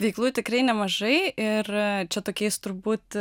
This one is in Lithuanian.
veiklų tikrai nemažai ir čia tokiais turbūt